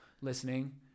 listening